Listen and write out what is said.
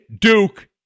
Duke